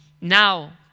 Now